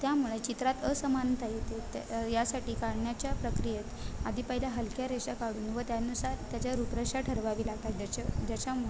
त्यामुळे चित्रात असमानता येते त्या अ यासाठी काढण्याच्या प्रक्रियेत आधी पहिल्या हलक्या रेषा काढून व त्यानुसार त्याच्या रूपरेषा ठरवावी लागतात ज्याच्या ज्याच्यामुळे